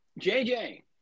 JJ